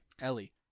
Ellie